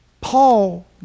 Paul